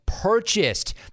purchased